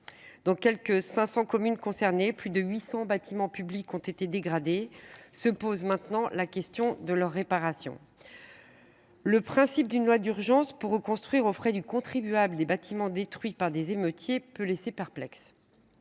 les quelque 500 communes concernées, plus de 800 bâtiments publics ont été dégradés. Se pose maintenant la question de leur réparation. Le principe d’une loi d’urgence pour reconstruire aux frais du contribuable les bâtiments détruits par des émeutiers peut laisser perplexe.